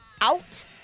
out